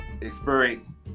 experience